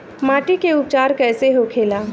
माटी के उपचार कैसे होखे ला?